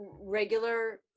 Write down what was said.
regular